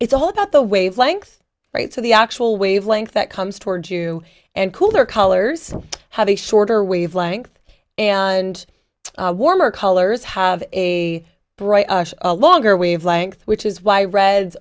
it's all about the wavelength right so the actual wavelength that comes toward you and cooler colors have a shorter wavelength and warmer colors have a bright a longer wavelength which is why red